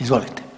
Izvolite.